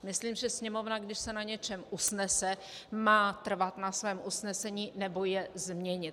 Myslím, že Sněmovna, když se na něčem usnese, má trvat na svém usnesení nebo je změnit.